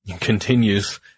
continues